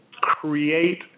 create